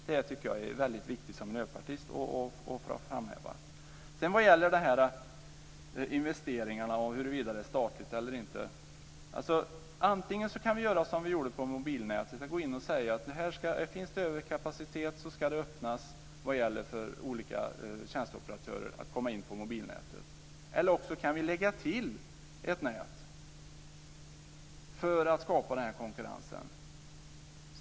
Det tycker jag som miljöpartist är väldigt viktigt att framhäva. Sedan gäller det de här investeringarna och huruvida det är statligt eller inte. Antingen kan vi göra som vi gjorde med mobilnätet, gå in och säga att finns det överkapacitet ska det öppnas för olika tjänsteoperatörer att komma in på mobilnätet, eller så kan vi lägga till ett nät för att skapa den här konkurrensen.